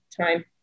time